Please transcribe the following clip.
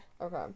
Okay